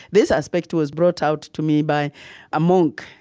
this aspect was brought out to me by a monk.